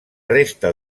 resta